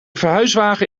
verhuiswagen